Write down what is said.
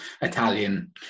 Italian